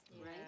right